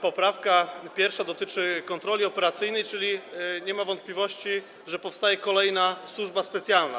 Poprawka 1. dotyczy kontroli operacyjnej, czyli nie ma wątpliwości, że powstaje kolejna służba specjalna.